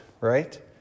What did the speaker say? right